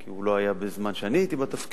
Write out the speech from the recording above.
כי הוא לא היה בזמן שאני הייתי בתפקיד,